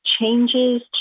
changes